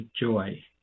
joy